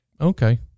okay